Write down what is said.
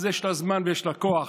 אז יש לה זמן ויש לה כוח,